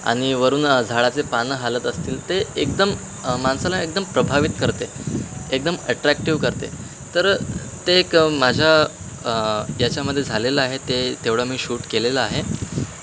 आणि वरून झाडाचे पानं हलत असतील ते एकदम माणसाला एकदम प्रभावित करते एकदम अट्रॅक्टिव्ह करते तर ते एक माझ्या याच्यामध्ये झालेलं आहे ते तेवढा मी शूट केलेलं आहे